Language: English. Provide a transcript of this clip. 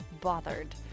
bothered